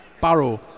Barrow